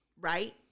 right